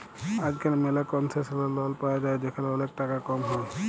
আজকাল ম্যালা concessional loan পায়া যায় যেখালে ওলেক টাকা কম হ্যয়